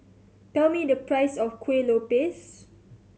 tell me the price of Kuih Lopes